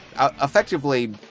effectively